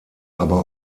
aber